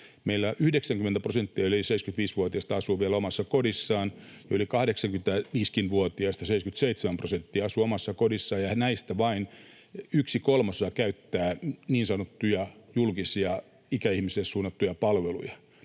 Meillä 90 prosenttia yli 75-vuotiaista asuu vielä omassa kodissaan. Yli 85-vuotiaistakin 77 prosenttia asuu omassa kodissaan, ja näistä vain yksi kolmasosa käyttää julkisia niin sanottuja ikäihmisille suunnattuja palveluja.